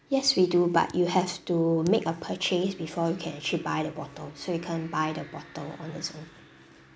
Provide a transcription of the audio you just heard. yes we do but you have to make a purchase before you can actually buy the bottle so you can't buy the bottle on its own